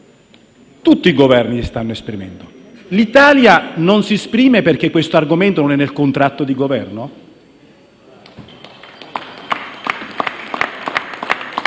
Tutti i Governi si stanno esprimendo. L'Italia non si esprime perché questo argomento non è nel contratto di Governo?